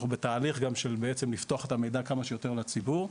אנחנו בתהליך של בעצם לפתוח את המידע כמה שיותר לציבור,